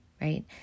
right